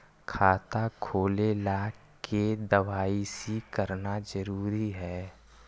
खाता खोले ला के दवाई सी करना जरूरी है?